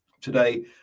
Today